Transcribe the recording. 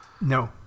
No